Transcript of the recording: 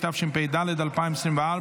התשפ"ד 2024,